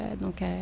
donc